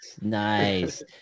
Nice